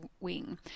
wing